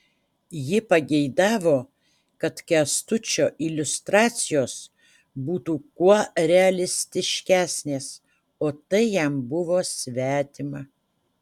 ji pageidavo kad kęstučio iliustracijos būtų kuo realistiškesnės o tai jam buvo svetima